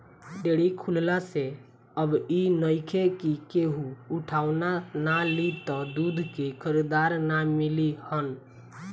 dairy खुलला से अब इ नइखे कि केहू उठवाना ना लि त दूध के खरीदार ना मिली हन